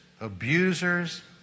abusers